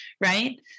right